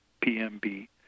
PMB